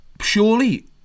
surely